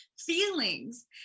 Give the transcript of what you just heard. feelings